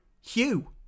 Hugh